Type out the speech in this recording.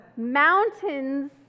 mountains